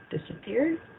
Disappeared